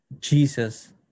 Jesus